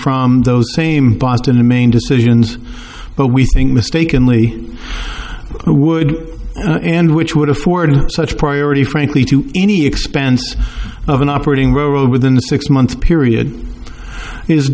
from those same boston the main decisions but we think mistakenly who would and which would afford such priority frankly to any expense of an operating role within the six month period is